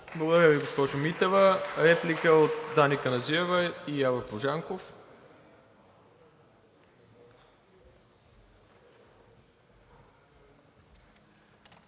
Благодаря Ви, госпожо Митева. Реплики от Дани Каназирева и Явор Божанков.